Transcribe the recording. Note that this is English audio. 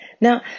Now